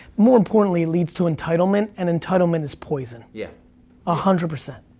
more importantly leads to entitlement and entitlement is poison. yeah a hundred percent.